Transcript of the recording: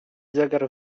zegar